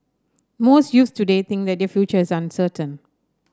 most youths today think that their future is uncertain